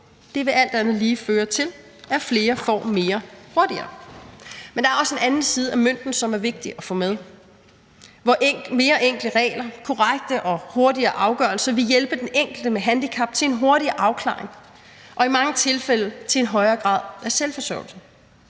på, vil alt andet lige føre til, at flere får mere hurtigere. Men der er også en anden side af mønten, som er vigtig at få med, hvor mere enkle regler, korrekte og hurtigere afgørelser vil hjælpe den enkelte med handicap til en hurtigere afklaring og i mange tilfælde til en højere grad af selvforsørgelse.